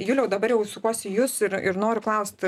juliau dabar jau sukuosi į jus ir ir noriu klaust